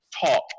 talk